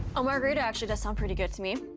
a margarita actually does sound pretty good to me.